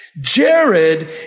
Jared